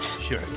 sure